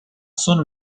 sono